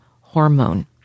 hormone